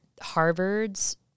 Harvard's